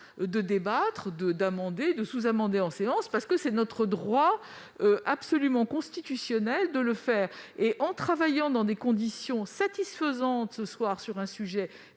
de débattre, d'amender, de sous-amender en séance, parce que c'est notre droit constitutionnel de le faire. En travaillant dans des conditions satisfaisantes, ce soir, sur un sujet